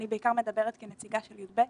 אני בעיקר מדברת כנציגה של י"ב.